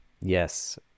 Yes